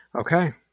okay